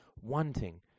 wanting